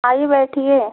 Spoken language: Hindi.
आइए बैठिए